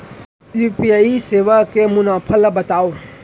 UPI सेवा के मुनाफा ल बतावव?